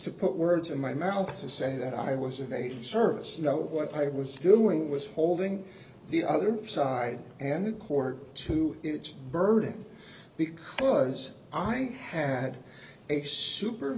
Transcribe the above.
to put words in my mouth to say that i was evading service you know what i was doing was holding the other side and the court to its burden because i had a super